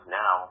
now